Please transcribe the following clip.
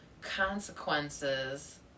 consequences